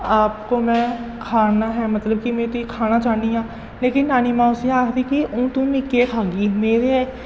आप को में खाना है मतलब कि में तुगी खाना चाह्न्नी आं लेकिन नानी मां उसी आखदी के हून तूं मिगी केह् खाह्गी मेरे